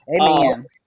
Amen